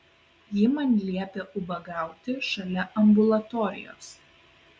ji man liepė ubagauti šalia ambulatorijos